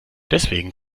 deswegen